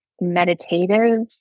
meditative